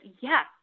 yes